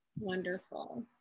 Wonderful